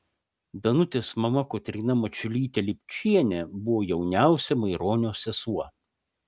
danutės mama kotryna mačiulytė lipčienė buvo jauniausia maironio sesuo